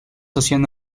hacían